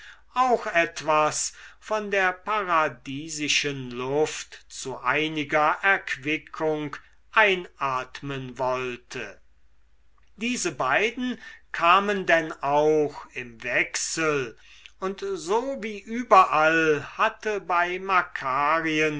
auch etwas von der paradiesischen luft zu einiger erquickung einatmen wollte diese beiden kamen denn auch im wechsel und so wie überall hatte bei